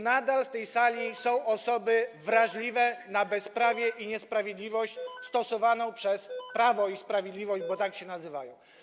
Nadal są tu, w tej sali, osoby wrażliwe na bezprawie i niesprawiedliwość stosowaną przez Prawo i Sprawiedliwość, bo tak się nazywają.